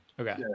Okay